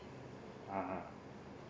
(uh huh)